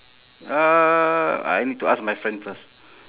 uh I need to ask my friend first